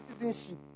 citizenship